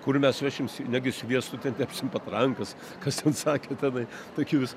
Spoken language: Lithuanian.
kur mes vešim negi sviestu ten tepsim patrankas kas ten sakė tenai tokius